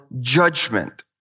judgment